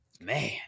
man